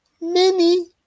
Mini